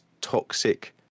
toxic